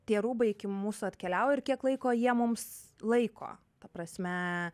tie rūbai iki mūsų atkeliauja ir kiek laiko jie mums laiko ta prasme